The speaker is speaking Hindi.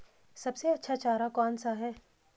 सबसे अच्छा चारा कौन सा है?